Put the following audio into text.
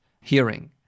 hearing